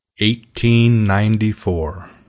1894